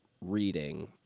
reading